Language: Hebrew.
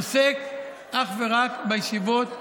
עוסק אך ורק בישיבות החרדיות.